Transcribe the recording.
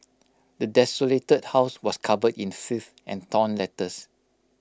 the desolated house was covered in filth and torn letters